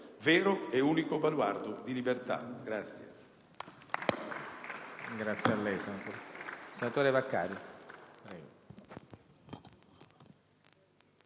vero e unico baluardo di libertà.